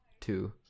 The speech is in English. two